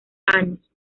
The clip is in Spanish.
años